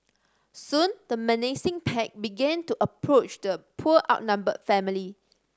soon the menacing pack began to approach the poor outnumbered family